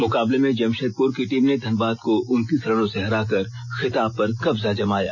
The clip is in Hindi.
मुकाबले में जमषेदपुर की टीम ने धनबाद को उनतीस रनों से हराकर खिताब पर कब्जा जमाया